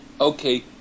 Okay